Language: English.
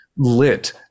lit